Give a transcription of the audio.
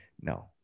no